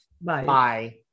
Bye